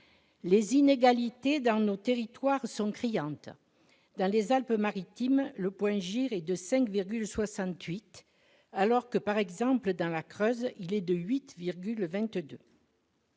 Les inégalités entre nos territoires sont criantes ; dans les Alpes-Maritimes, le point GIR est de 5,68, alors que, par exemple, dans la Creuse, il s'élève à 8,22.